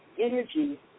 energy